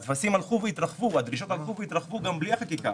הטפסים הלכו והתרחבו והדרישות הלכו והתרחבו גם בלי החקיקה.